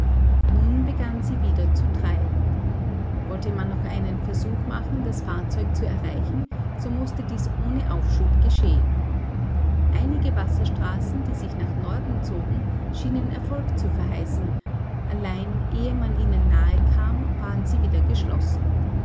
nun begann sie wieder zu treiben wollte man noch einen versuch machen das fahrzeug zu erreichen so mußte dies ohne aufschub geschehen einige wasserstraßen die sich nach norden zogen schienen erfolg zu verheißen allein ehe man ihnen nahe kam waren sie wieder geschlossen